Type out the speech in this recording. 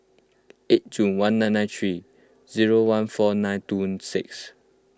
eight June one nine nine three zero one four nine two six